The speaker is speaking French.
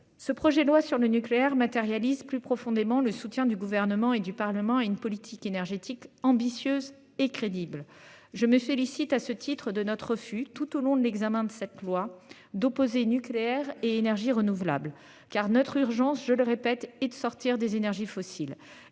Ce projet de loi sur le nucléaire matérialise plus profondément le soutien du gouvernement et du Parlement et une politique énergétique ambitieuse et crédible. Je me félicite. À ce titre de notre fut tout au long de l'examen de cette loi d'opposer nucléaire et énergies renouvelables car notre urgence je le répète et de sortir des énergies fossiles